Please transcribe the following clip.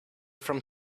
from